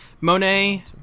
Monet